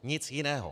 Nic jiného.